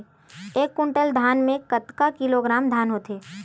एक कुंटल धान में कतका किलोग्राम धान होथे?